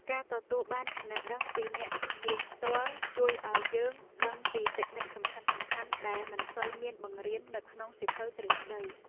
ការទទួលបានចំណេះដឹងពីអ្នកជំនាញផ្ទាល់ជួយឱ្យយើងដឹងពីតិចនិកសំខាន់ៗដែលមិនសូវមានបង្រៀននៅក្នុងសៀវភៅទ្រឹស្តី។